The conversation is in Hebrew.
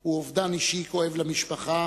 הוא אובדן אישי כואב למשפחה